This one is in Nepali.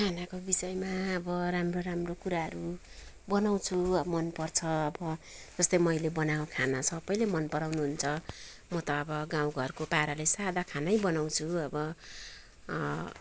खानाको विषयमा अब राम्रो राम्रो कुराहरू बनाउँछु अब मनपर्छ अब जस्तै मैले बनाएको खाना सबैले मनपराउनु हुन्छ म त अब गाउँघरको पाराले सादा खानै बनाउँछु अब